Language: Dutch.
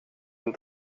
hun